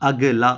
اگلا